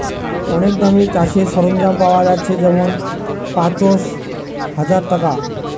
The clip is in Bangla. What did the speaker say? অনেক দামে চাষের সরঞ্জাম পায়া যাচ্ছে যেমন পাঁচশ, হাজার ইত্যাদি